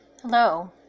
Hello